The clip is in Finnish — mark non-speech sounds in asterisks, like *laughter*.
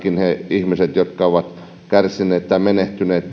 ihmiset jotka sinäkin aikana ovat kärsineet tai menehtyneet *unintelligible*